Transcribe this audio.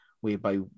whereby